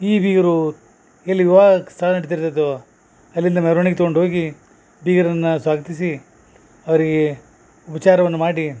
ಈ ಬೀಗರು ಎಲ್ಲಿ ವಿವಾಹ ಸ್ಥಳ ನಡಿತಿರ್ತದೋ ಅಲ್ಲಿಂದ ಮೆರವಣಿಗೆ ತಗೊಂಡು ಹೋಗಿ ಬೀಗರನ್ನ ಸ್ವಾಗತಿಸಿ ಅವರಿಗೆ ಉಪಚಾರವನ್ನು ಮಾಡಿ